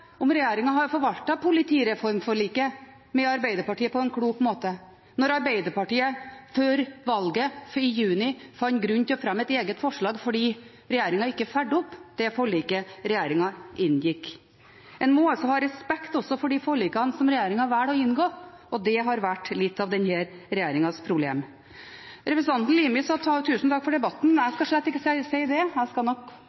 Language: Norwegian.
om regjeringen har forvaltet politireformforliket med Arbeiderpartiet på en klok måte, når Arbeiderpartiet før valget, i juni, fant grunn til å fremme et eget forslag fordi regjeringen ikke fulgte opp det forliket regjeringen inngikk. En må ha respekt for de forlikene som regjeringen velger å inngå, og det har vært litt av denne regjeringens problem. Representanten Limi sa tusen takk for debatten. Jeg skal slett ikke si det. Jeg skal nok